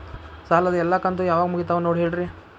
ಸಾಲದ ಎಲ್ಲಾ ಕಂತು ಯಾವಾಗ ಮುಗಿತಾವ ನೋಡಿ ಹೇಳ್ರಿ